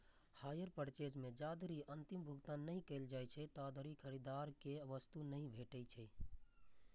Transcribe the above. hire purchase मे जाधरि अंतिम भुगतान नहि कैल जाइ छै, ताधरि खरीदार कें वस्तु नहि भेटै छै